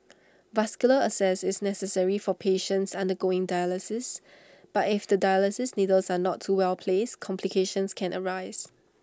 vascular access is necessary for patients undergoing dialysis but if the dialysis needles are not well placed complications can arise